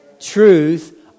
Truth